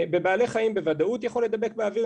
בבעלי חיים בוודאות יכול לדבק באוויר,